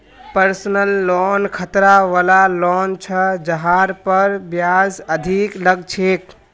personal loan खतरा वला loan छ जहार पर ब्याज अधिक लग छेक